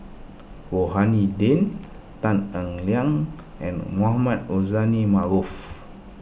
Rohani Din Tan Eng Liang and Mohamed Rozani Maarof